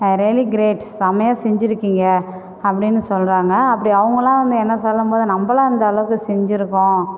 really great சமையா செஞ்சுருக்கீங்க அப்படின்னு சொல்கிறாங்க அப்படி அவங்களா வந்து என்ன சொல்லும்போது நம்மலா அந்த அளவுக்கு செஞ்சுருக்கோம்